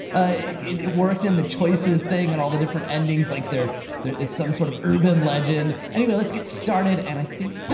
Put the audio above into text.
it it worked in the choices thing and all the different endings, like there there is some sort of urban legend. anyways, let's get started, and i think.